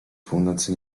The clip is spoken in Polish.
północy